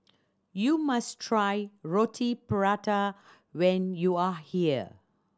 you must try Roti Prata when you are here